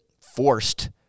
forced